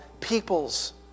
peoples